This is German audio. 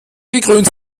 gekrönt